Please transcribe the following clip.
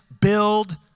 build